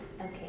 Okay